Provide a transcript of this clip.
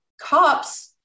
cops